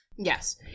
Yes